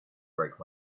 break